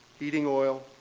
heating oil,